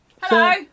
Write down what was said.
Hello